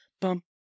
Bum